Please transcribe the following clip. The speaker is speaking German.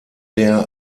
der